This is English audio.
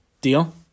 Deal